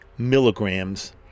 milligrams